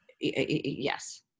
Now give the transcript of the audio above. Yes